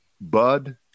Bud